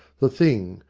the thing,